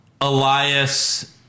Elias